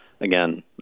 again